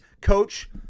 coach